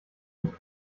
nicht